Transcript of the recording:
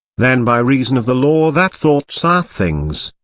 then by reason of the law that thoughts are things,